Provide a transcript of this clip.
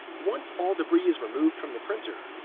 once all debris is removed from the printer,